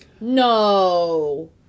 No